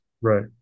Right